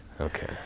okay